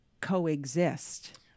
coexist